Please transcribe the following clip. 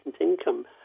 income